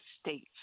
states